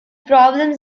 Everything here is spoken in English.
problems